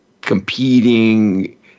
competing